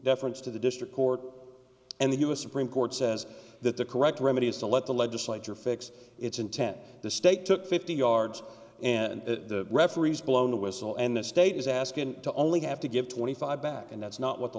deference to the district court and the u s supreme court says that the correct remedy is to let the legislature fix its intent the state took fifty yards and the referees blowing the whistle and the state is asking to only have to give twenty five back and that's not what the